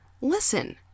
listen